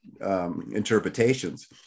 interpretations